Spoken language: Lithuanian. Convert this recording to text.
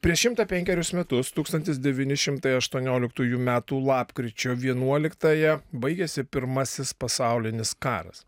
prieš šimtą penkerius metus tūkstantis devyni šimtai aštuonioliktųjų metų lapkričio vienuoliktąją baigėsi pirmasis pasaulinis karas